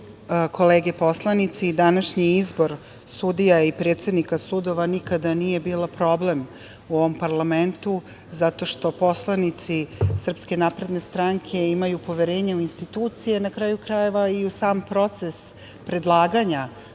kolege poslanici. Današnji izbor sudija i predsednika sudova, nikada nije bilo problem u ovom parlamentu, zato što poslanici SNS imaju poverenja u institucije, na kraju krajeva, i u sam proces predlaganja